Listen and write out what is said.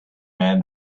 man